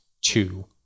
two